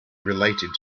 related